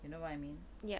you know what I mean